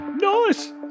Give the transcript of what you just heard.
Nice